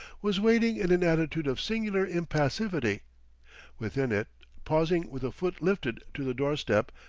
was waiting in an attitude of singular impassivity within it, pausing with a foot lifted to the doorstep,